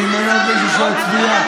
זה לא ראוי, ממש לא ראוי.